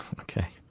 Okay